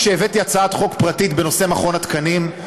כשהבאתי הצעת חוק פרטית בנושא מכון התקנים,